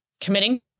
committing